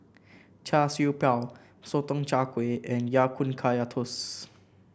Char Siew Bao Sotong Char Kway and Ya Kun Kaya Toast